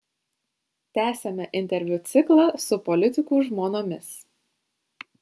tęsiame interviu ciklą su politikų žmonomis